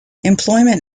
employment